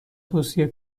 توصیه